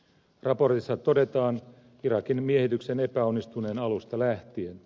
raportissa todetaan irakin miehityksen epäonnistuneen alusta lähtien